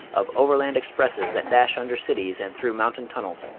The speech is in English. of overland expresses that dash under cities and through mountain tunnels,